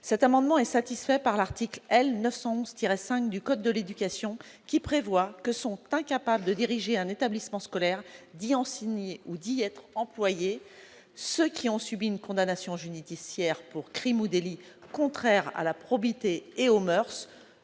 Cet amendement est satisfait par l'article L. 911-5 du code de l'éducation, en vertu duquel sont incapables de diriger un établissement scolaire, d'y enseigner ou d'y être employées les personnes ayant subi une condamnation judiciaire pour crime ou délit contraire à la probité et aux moeurs,